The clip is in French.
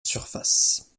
surface